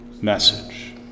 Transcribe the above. message